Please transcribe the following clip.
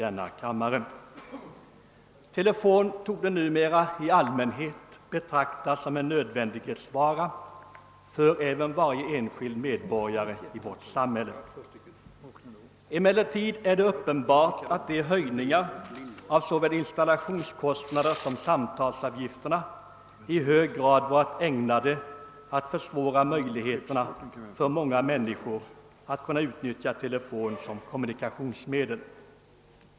En egen telefon torde numera i allmänhet betraktas som en nödvändighetsartikel även för enskilda medborgare i vårt land. Emellertid är det uppenbart att höjningarna av såväl installationskostnaderna som samtalsavgifterna i hög grad varit ägnade att försvåra möjligheterna för många människor att utnyttja telefonen som kommunikationsmedel.